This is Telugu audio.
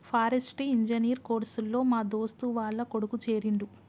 ఫారెస్ట్రీ ఇంజనీర్ కోర్స్ లో మా దోస్తు వాళ్ల కొడుకు చేరిండు